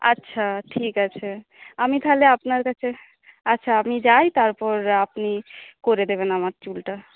আচ্ছা ঠিক আছে আমি তাহলে আপনার কাছে আচ্ছা আমি যাই তারপর আপনি করে দেবেন আমার চুলটা